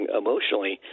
emotionally